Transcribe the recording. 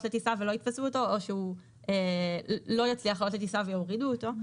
לטיסה ולא יתפסו אותו או שהוא לא יצליח לעלות לטיסה ויורידו אותו,